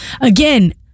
Again